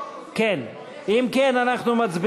אין הסכם.